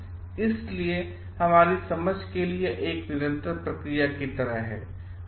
इसलिए हमारी समझ के लिए यह एक निरंतर प्रक्रिया की तरह है